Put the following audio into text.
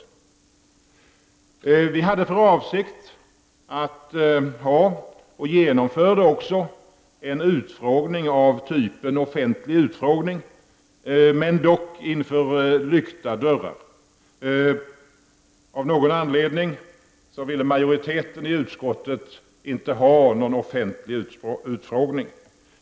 Utskottet hade för avsikt att genomföra en utfrågning av typen offentlig utfrågning, och den genomfördes också, men dock inom lyckta dörrar. Av någon anledning ville majoriteten i utskottet inte ha någon offentlig utfrågning.